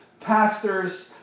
pastors